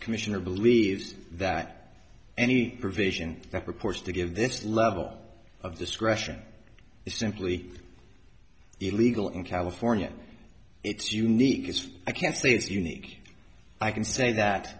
commissioner believes that any provision that purports to give this level of discretion is simply illegal in california it's unique it's i can't say it's unique i can say that